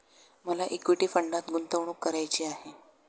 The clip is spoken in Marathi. मला इक्विटी फंडात गुंतवणूक करायची आहे